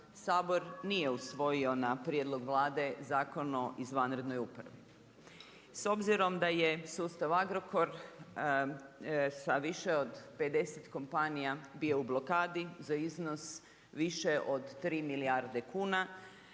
Sabor nije usvojio, na prijedlog Vlade, Zakon o izvanrednoj upravi. S obzirom da je sustav Agrokor sa više od 50 kompanija, bio u blokadi, za iznos više od 3 milijarde kuna.